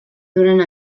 durant